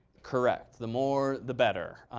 correct. the more, the better.